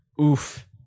Oof